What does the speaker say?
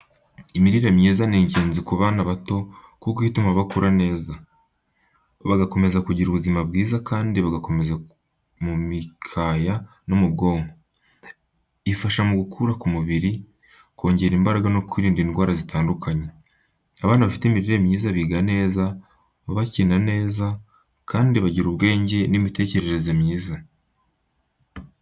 Imirire myiza ni ingenzi ku bana bato kuko ituma bakura neza, bagakomeza kugira ubuzima bwiza kandi bagakomera mu mikaya no mu bwonko. Ifasha mu gukura k’umubiri, kongera imbaraga no kwirinda indwara zitandukanye. Abana bafite imirire myiza biga neza, bakina neza kandi bagira ubwenge n’imitekerereze myiza.